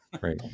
right